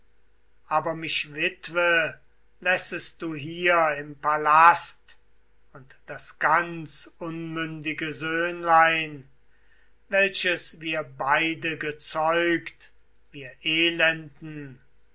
aber mich witwe lässest du hier im palast und das ganz unmündige söhnlein welches wir beide gezeugt wir elenden